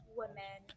women